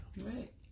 Right